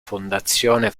fondazione